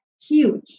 huge